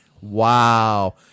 Wow